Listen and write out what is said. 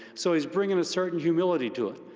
so, he's bringing a certain humility to it.